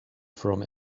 from